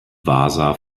wasa